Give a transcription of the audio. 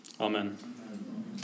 Amen